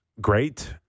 great